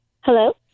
Hello